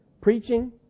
Preaching